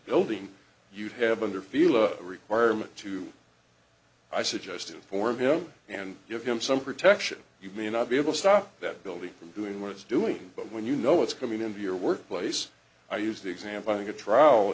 building you'd have under feel a requirement to i suggest inform him and give him some protection you may not be able to stop that building from doing what it's doing but when you know it's coming into your workplace i use the example i think a trial